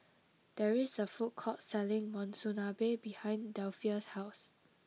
there is a food court selling Monsunabe behind Delphia's house